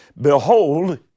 Behold